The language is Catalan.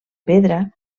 pedra